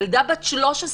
ילדה בת 13,